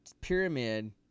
pyramid